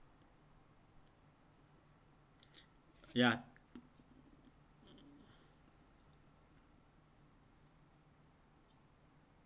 ya